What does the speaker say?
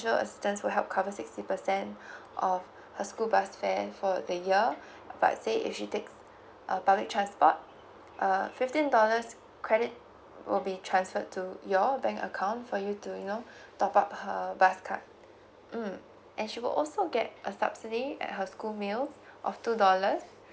assistance will help cover sixty percent of her school bus fare for the year but let's say if she takes a public transport uh fifteen dollars credit will be transferred to your bank account for you to you know top up her bus card mm and she will also get a subsidy at her school meal of two dollar